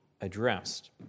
addressed